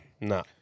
No